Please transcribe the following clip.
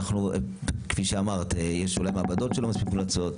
וכפי שאמרת יש אולי מעבדות שלא מספיק מומלצות?